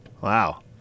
Wow